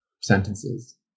Sentences